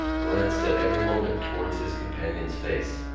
glanced at every moment towards his companion's face.